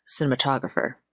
cinematographer